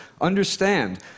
understand